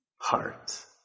heart